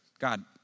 God